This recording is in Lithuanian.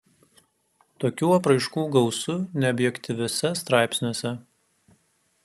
tokių apraiškų gausu neobjektyviuose straipsniuose